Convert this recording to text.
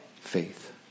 faith